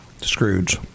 Scrooge